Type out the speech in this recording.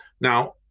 Now